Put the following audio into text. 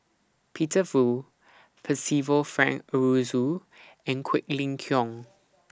Peter Fu Percival Frank Aroozoo and Quek Ling Kiong